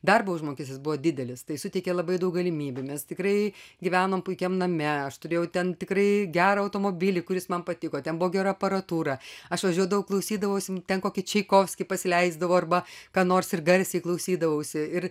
darbo užmokestis buvo didelis tai suteikė labai daug galimybių mes tikrai gyvenom puikiam name aš turėjau ten tikrai gerą automobilį kuris man patiko ten buvo gera aparatūra aš važiuodavau klausydavausi ten kokį čaikovskį pasileisdavo arba ką nors ir garsiai klausydavausi ir